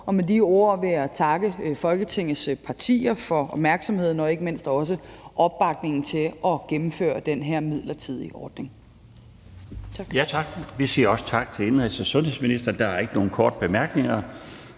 Og med de ord vil jeg takke Folketingets partier for opmærksomheden og ikke mindst også opbakningen til at gennemføre den her midlertidige ordning. Tak. Kl. 16:12 Den fg. formand (Bjarne Laustsen): Vi siger også tak til indenrigs- og sundhedsministeren. Der er ikke nogen korte bemærkninger.